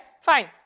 fine